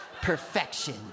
Perfection